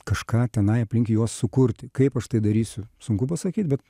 kažką tenai aplink juos sukurti kaip aš tai darysiu sunku pasakyt bet